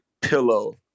pillow